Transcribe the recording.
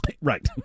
Right